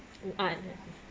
what